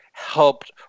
helped